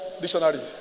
Dictionary